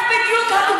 למה לא?